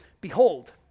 Behold